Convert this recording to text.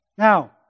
Now